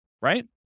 right